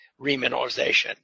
remineralization